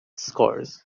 scores